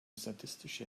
sadistische